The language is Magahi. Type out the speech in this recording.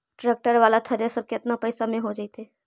ट्रैक्टर बाला थरेसर केतना पैसा में हो जैतै?